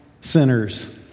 sinners